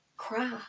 cry